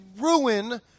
ruin